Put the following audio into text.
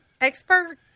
expert